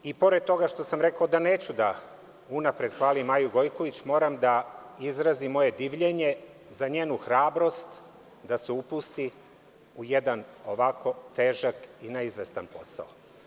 I pored toga što sam rekao da neću unapred da hvalim Maju Gojković, moram da izrazim moje divljenje za njenu hrabrost da se upusti u jedan ovako težak i neizvestan posao.